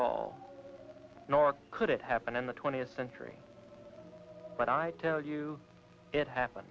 all nor could it happen in the twentieth century but i tell you it happened